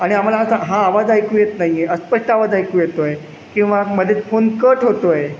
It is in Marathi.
आणि आम्हाला असा हा आवाज ऐकू येत नाही आहे अस्पष्ट आवाज ऐकू येतो आहे किंवा मध्येच फोन कट होतो आहे